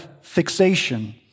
fixation